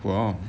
!wow!